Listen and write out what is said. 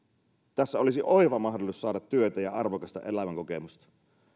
tässä olisi oiva mahdollisuus saada työtä ja arvokasta elämänkokemusta